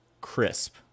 crisp